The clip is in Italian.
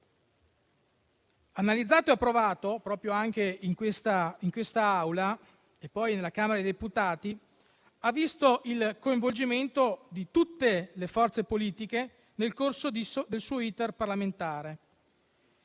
Analizzato e approvato in quest'Aula e poi alla Camera dei deputati, ha visto il coinvolgimento di tutte le forze politiche nel corso del suo *iter* parlamentare.